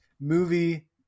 movie